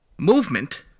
Movement